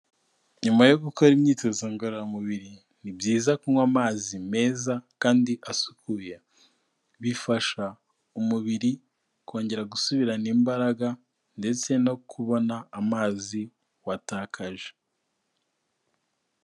Nyuma yo gukora imyitozo ngororamubiri ni byiza kunywa amazi meza kandi asukuye, bifasha umubiri kongera gusubirana imbaraga ndetse no kubona amazi watakaje.